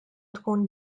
tkun